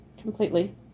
completely